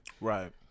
Right